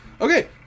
Okay